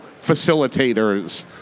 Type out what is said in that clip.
facilitators